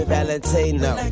Valentino